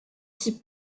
types